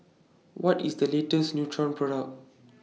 What IS The latest Nutren Product